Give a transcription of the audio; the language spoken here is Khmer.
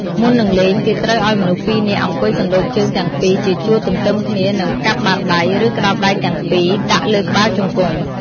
មុននឹងលេង គេត្រូវឲ្យមនុស្ស២នាក់ អង្គុយសណ្តូកជើងទាំងពីរ ជាជួរទន្ទឹមគ្នា និងផ្កាប់បាតដៃ ឬ ក្តោបដៃទាំងពីរ ដាក់លើក្បាលជង្គង់។